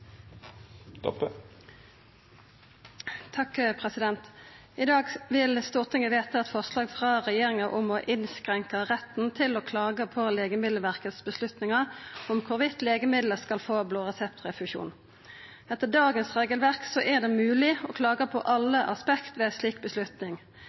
I dag vil Stortinget vedta eit forslag frå regjeringa om å innskrenka retten til å klaga på Legemiddelverket sine avgjerder om legemiddel skal få blåreseptrefusjon. Etter dagens regelverk er det mogleg å klaga på